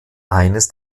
eines